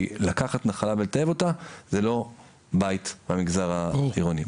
כי לקחת נחלה ולטייב אותה זה לא בית במגזר העירוני.